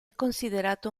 considerato